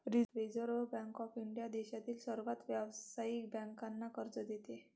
reserve bank of India देशातील सर्व व्यावसायिक बँकांना कर्ज देते